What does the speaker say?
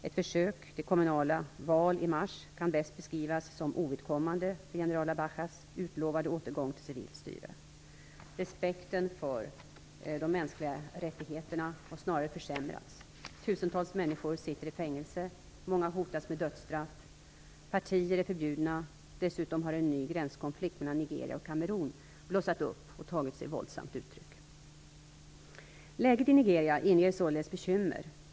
Ett försök till kommunala val i mars kan bäst beskrivas som ovidkommande för general Abachas utlovade återgång till civilt styre. Respekten för de mänskliga rättigheterna har snarare försämrats. Tusentals människor sitter i fängelse, många hotas av dödsstraff och partier är förbjudna. Dessutom har en ny gränskonflikt mellan Nigeria och Kamerun blossat upp och tagit sig våldsamma uttryck. Läget i Nigeria inger således bekymmer.